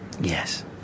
Yes